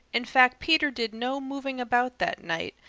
in fact peter did no moving about that night,